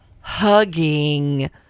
hugging